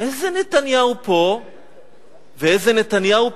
איזהו נתניהו פה ואיזה נתניהו פה?